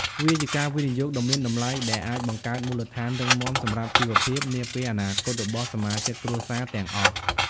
វាជាការវិនិយោគដ៏មានតម្លៃ ដែលអាចបង្កើតមូលដ្ឋានរឹងមាំសម្រាប់ជីវភាពនាពេលអនាគតរបស់សមាជិកគ្រួសារទាំងអស់។